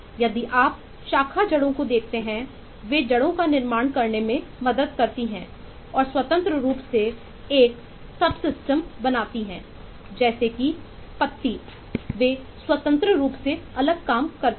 यदि आप शाखा जड़ों को देखते हैं वे जड़ों का निर्माण करने में मदद करती है और स्वतंत्र रूपएक शब्द सिस्टम है जैसे की पत्ती वे स्वतंत्र रूप से अलग काम करते हैं